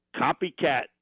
copycat